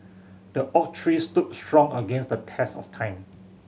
the oak tree stood strong against the test of time